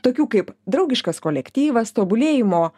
tokių kaip draugiškas kolektyvas tobulėjimo